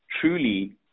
truly